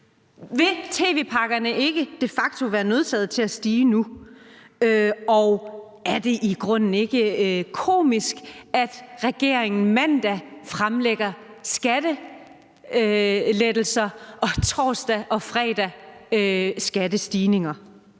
Vil tv-pakkerne ikke de facto være nødsaget til at stige nu, og er det i grunden ikke komisk, at regeringen mandag fremlægger skattelettelser og torsdag og fredag skattestigninger?